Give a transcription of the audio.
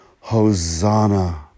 hosanna